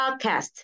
Podcast